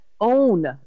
own